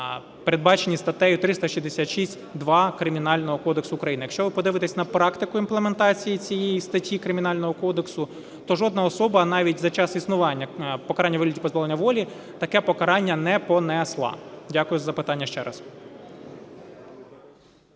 передбачені статтею 366-2 Кримінального кодексу України. Якщо ви подивитесь на практику імплементації цієї статті Кримінального кодексу, то жодна особа, навіть за час існування покарання у вигляді позбавлення волі, таке покарання не понесла. Дякую за запитання ще раз.